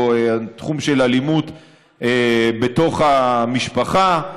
או בתחום של אלימות בתוך המשפחה.